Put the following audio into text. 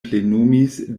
plenumis